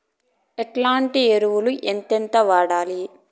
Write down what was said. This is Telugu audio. ఎట్లాంటి ఎరువులు ఎంతెంత వాడాలి?